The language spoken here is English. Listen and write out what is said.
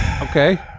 Okay